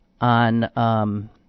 on